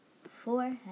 forehead